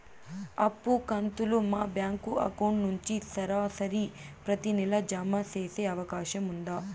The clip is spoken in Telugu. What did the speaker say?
అప్పు కంతులు మా బ్యాంకు అకౌంట్ నుంచి సరాసరి ప్రతి నెల జామ సేసే అవకాశం ఉందా?